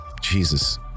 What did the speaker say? Jesus